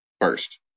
First